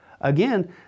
Again